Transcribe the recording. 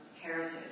heritage